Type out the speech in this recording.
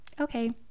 Okay